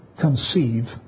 conceive